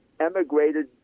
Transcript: emigrated